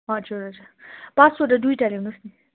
हजुर हजुर पासफोटो दुइटा ल्याउनुहोस् न